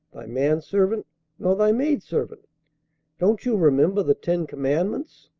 thy man servant nor thy maid servant don't you remember the ten commandments?